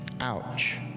ouch